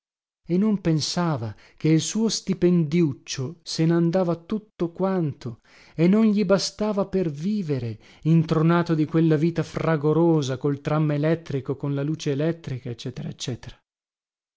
e non pensava che il suo stipendiuccio se nandava tutto quanto e non gli bastava per vivere intronato di quella vita fragorosa col tram elettrico con la luce elettrica